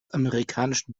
amerikanischen